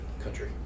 country